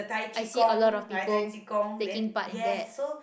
I see a lot of people taking part in that